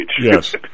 Yes